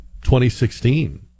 2016